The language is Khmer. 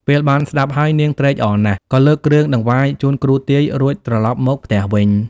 ពេលបានស្តាប់ហើយ នាងត្រេកអរណាស់ ក៏លើកគ្រឿងតង្វាយជូនគ្រូទាយ រួចត្រឡប់មកផ្ទះវិញ ។